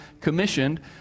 commissioned